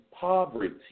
poverty